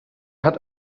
hat